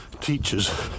teachers